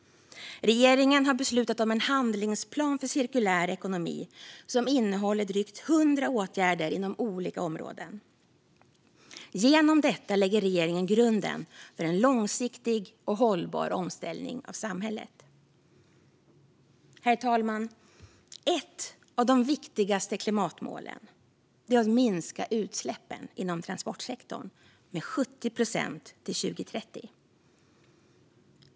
Regeringen har beslutat om en handlingsplan för cirkulär ekonomi som innehåller drygt hundra åtgärder inom olika områden. Genom detta lägger regeringen grunden för en långsiktig och hållbar omställning av samhället. Herr talman! Ett av de viktigaste klimatmålen är att minska utsläppen inom transportsektorn med 70 procent till 2030.